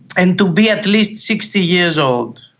and to be at least sixty years old.